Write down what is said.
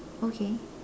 okay